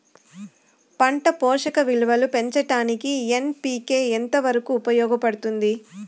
పంట పోషక విలువలు పెంచడానికి ఎన్.పి.కె ఎంత వరకు ఉపయోగపడుతుంది